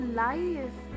life